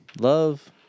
Love